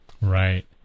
Right